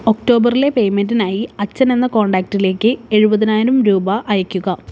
ഒക്ടോബറിലെ പേയ്മെൻറ്റിനായി അച്ഛൻ എന്ന കോണ്ടാക്ടിലേക്ക് എഴുപതിനായിരം രൂപ അയയ്ക്കുക